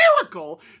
miracle